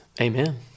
Amen